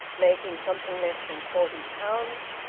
making something less than forty pounds,